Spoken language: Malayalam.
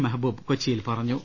മെഹബൂബ് കൊച്ചിയിൽ പറഞ്ഞു